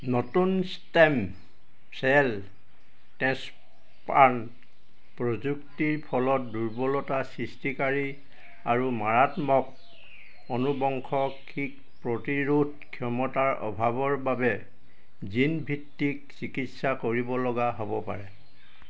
নতুন stem cell টেচপান প্ৰযুক্তিৰ ফলত দুৰ্বলতা সৃষ্টিকাৰী আৰু মাৰাত্মক আনুবংশিক প্ৰতিৰোধ ক্ষমতাৰ অভাৱৰ বাবে জিন ভিত্তিক চিকিৎসা কৰিব লগা হ'ব পাৰে